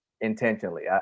intentionally